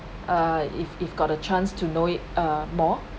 uh if if got a chance to know it uh more